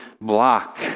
block